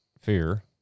fear